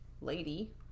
lady